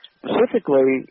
specifically